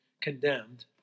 condemned